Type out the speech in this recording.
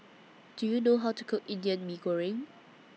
Do YOU know How to Cook Indian Mee Goreng